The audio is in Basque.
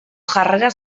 jarrera